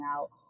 out